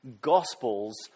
gospels